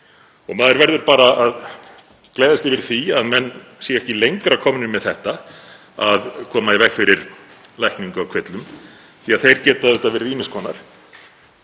Maður verður bara að gleðjast yfir því að menn séu ekki lengra komnir með það að koma í veg fyrir lækningu á kvillum því að þeir geta auðvitað verið ýmiss konar.